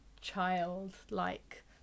child-like